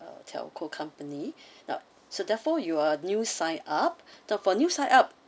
uh telco company now so therefore you are new sign up the for new sign up